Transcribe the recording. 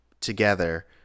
together